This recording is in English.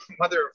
mother